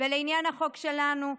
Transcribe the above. לעניין החוק שלנו,